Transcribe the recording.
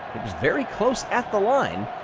was very close at the line,